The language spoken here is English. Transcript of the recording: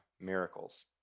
miracles